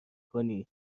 کنی